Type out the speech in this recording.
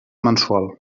mensual